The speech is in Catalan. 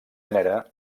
gènere